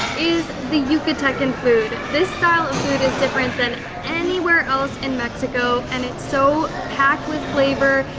is the yucatecan food. this style of food is different than anywhere else in mexico and it's so packed with flavor,